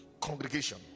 congregation